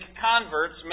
converts